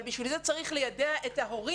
אבל בשביל זה צריך ליידע את ההורים.